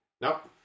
Nope